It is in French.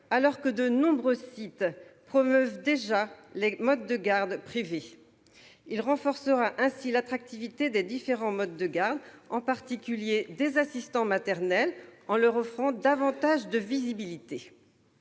alors que de nombreux sites promeuvent déjà les modes de garde privés. Un tel mécanisme renforcera ainsi l'attractivité des différents modes de garde, en particulier des assistants maternels, en leur offrant davantage de visibilité.